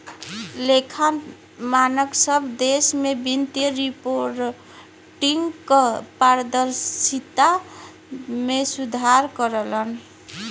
लेखा मानक सब देश में वित्तीय रिपोर्टिंग क पारदर्शिता में सुधार करलन